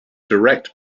direct